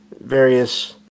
various